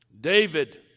David